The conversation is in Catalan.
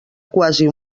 quasi